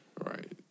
right